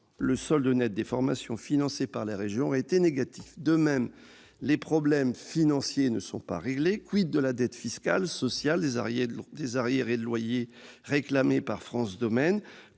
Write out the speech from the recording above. le solde net des formations financées par les régions aurait été négatif. De même, les problèmes financiers ne sont pas réglés. de la dette fiscale, sociale, des arriérés de loyers réclamés par France Domaine ?